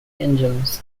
engines